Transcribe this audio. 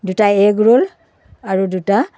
দুটা egg roll আৰু দুটা